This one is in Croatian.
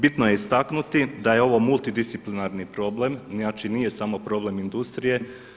Bitno je istaknuti da je ovo multidisciplinarni problem, nije samo problem industrije.